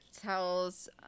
tells